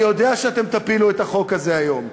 אני יודע שאתם תפילו את החוק הזה היום.